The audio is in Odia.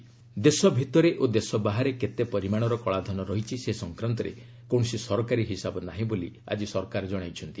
ଆର୍ଏସ୍ ବ୍ଲାକ୍ମନି ଦେଶ ଭିତରେ ଓ ଦେଶ ବାହାରେ କେତେ ପରିମାଣର କଳାଧନ ରହିଛି ସେ ସଂକ୍ରାନ୍ତରେ କୌଣସି ସରକାରୀ ହିସାବ ନାହିଁ ବୋଲି ଆଜି ସରକାର ଜଣାଇଛନ୍ତି